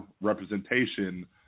representation